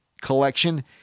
collection